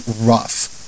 rough